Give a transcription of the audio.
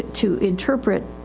to interpret,